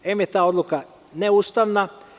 Em, je ta odluka neustavna.